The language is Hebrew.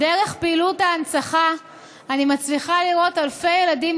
דרך פעילות ההנצחה אני מצליחה לראות אלפי ילדים